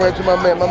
my man,